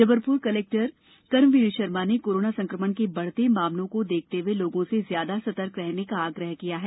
Jabalpur collector Karmveer Sharma ने corona संकमण के बढ़ते मामलों को देखते हुए लोगों से ज्यादा सतर्क रहने का आग्रह किया है